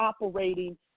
operating